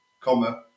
comma